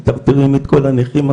מטרטרים את כל הנכים עכשיו.